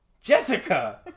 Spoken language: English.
Jessica